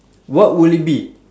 what would it be